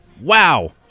wow